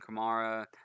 Kamara